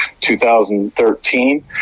2013